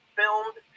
filmed